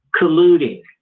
colluding